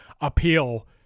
appeal